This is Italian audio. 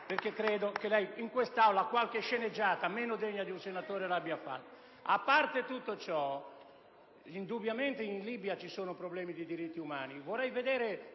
perché credo che lei in quest'Aula qualche sceneggiata meno degna di un senatore l'abbia fatta. *(Commenti del senatore Pedica).* A parte tutto ciò, indubbiamente in Libia ci sono problemi di diritti umani.